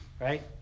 Right